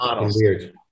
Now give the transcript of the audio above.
weird